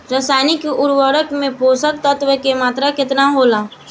रसायनिक उर्वरक मे पोषक तत्व के मात्रा केतना होला?